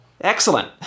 Excellent